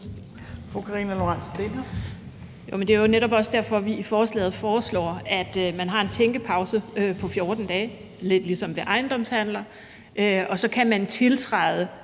Det er jo netop også derfor, vi i forslaget foreslår, at man har en tænkepause på 14 dage, lidt ligesom ved ejendomshandler, og så kan man tiltræde